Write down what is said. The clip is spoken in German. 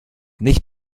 nicht